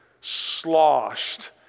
sloshed